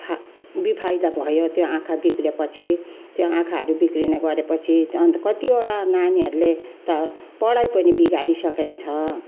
फा बेफाइदा भयो त्यो आँखा बिग्रेपछि त्यो आँखाहरू बिग्रिन गएपछि अन्त कतिवटा नानीहरूले त पढाइ पनि बिगारिसकेको छ